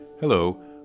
Hello